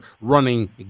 running